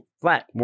flat